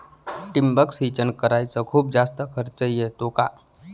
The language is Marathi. ठिबक सिंचन कराच खूप जास्त खर्च येतो का?